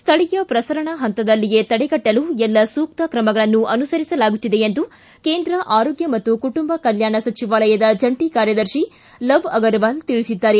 ಸ್ಥಳೀಯ ಪ್ರಸರಣಾ ಹಂತದಲ್ಲಿಯೇ ತಡೆಗಟ್ಟಲು ಎಲ್ಲ ಸೂಕ್ತ ಕ್ರಮಗಳನ್ನು ಅನುಸರಿಸಲಾಗುತ್ತಿದೆ ಎಂದು ಕೇಂದ್ರ ಆರೋಗ್ಯ ಮತ್ತು ಕುಟುಂಬ ಕಲ್ಕಾಣ ಸಚಿವಾಲಯದ ಜಂಟಿ ಕಾರ್ಯದರ್ಶಿ ಲವ್ ಅಗರ್ವಾಲ್ ತಿಳಿಸಿದ್ದಾರೆ